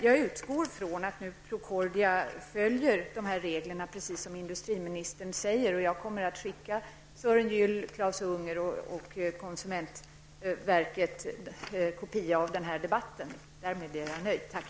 Jag utgår, precis som industriministern säger, från att Procordia följer reglerna, och jag kommer att skicka Sören Gyll, Klaus Unger och konsumentverket kopia av protokollet från den här debatten. Därmed är jag nöjd. Tack!